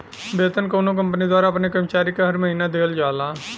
वेतन कउनो कंपनी द्वारा अपने कर्मचारी के हर महीना दिहल जाला